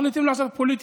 מחליטים לעשות פוליטיקה.